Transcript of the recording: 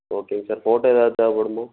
ஓகேங்க sir photo ஏதாவது தேவைப்படுமா